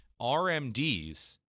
RMDs